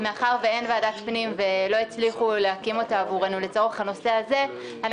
מאחר ואין ועדת פנים ולא הצליחו להקים אותה עבורנו לצורך הנושא הזה,